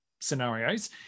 scenarios